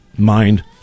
Mind